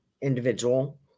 individual